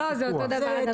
זה אותו דבר.